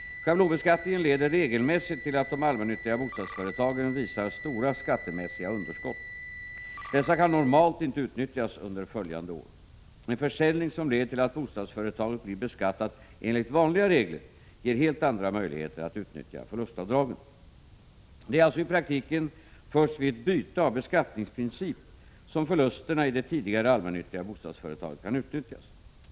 Schablonbeskattningen leder regelmässigt till att de allmännyttiga bostadsföretagen visar stora skattemässiga underskott. Dessa kan normalt inte utnyttjas under följande år. En försäljning som leder till att bostadsföretaget blir beskattat enligt vanliga regler ger helt andra möjligheter att utnyttja förlustavdragen. Det är alltså i praktiken först vid ett byte av beskattningsprincip som förlusterna i det tidigare allmännyttiga bostadsföretaget kan utnyttjas.